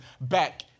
back